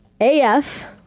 AF